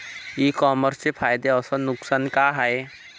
इ कामर्सचे फायदे अस नुकसान का हाये